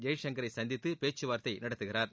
ஜெய்ஷங்கரை சந்தித்து பேச்சுவார்ததை நடத்துகிறார்